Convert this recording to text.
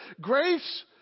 Grace